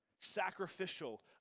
Sacrificial